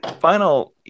final